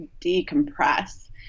decompress